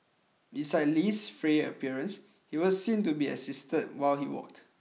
besides Li's frail appearance he was seen to be assisted while he walked